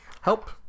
Help